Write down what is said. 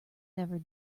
never